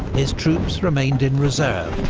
his troops remained in reserve,